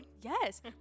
yes